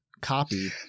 copy